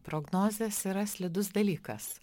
prognozės yra slidus dalykas